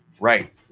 Right